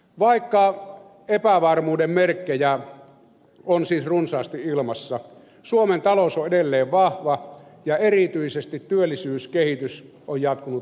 vaikka epävarmuuden merkkejä on siis runsaasti ilmassa suomen talous on edelleen vahva ja erityisesti työllisyyskehitys on jatkunut positiivisena